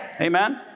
Amen